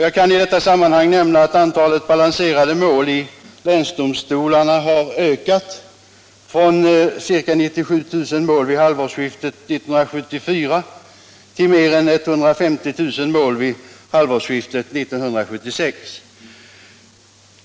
Jag kan i detta sammanhang nämna att antalet balanserade mål i länsdomstolarna har ökat från ca 97 000 mål vid halvårsskiftet 1974 till mer än 150 000 mål vid halvårsskiftet 1976.